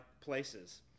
places